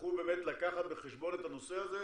יצטרכו לקחת בחשבון את הנושא הזה,